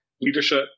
leadership